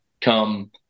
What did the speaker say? Come